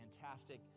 fantastic